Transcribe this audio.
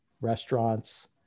restaurants